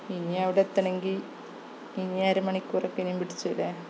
ഇനി അവിടെ എത്തണമെങ്കില് ഇനി അരമണിക്കൂറൊക്കെ ഇനീമ്പിടിച്ചൂല്ലേ